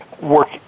work